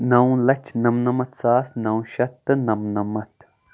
نو لَچھ نَمہٕ نَمَتھ ساس نَو شیٚتھ تہٕ نَمہٕ نَمَتھ